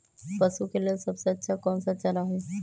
पशु के लेल सबसे अच्छा कौन सा चारा होई?